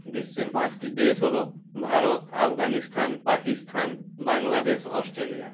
বিশ্বের পাঁসটি দেশ হলো ভারত আফগানিস্থান পাকিস্থান বাংলাদেশ অস্ট্রেলিয়া